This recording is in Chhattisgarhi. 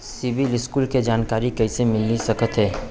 सिबील स्कोर के जानकारी कइसे मिलिस सकथे?